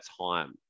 time